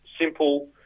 simple